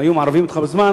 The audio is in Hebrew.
אם היו מערבים אותך בזמן,